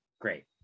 Great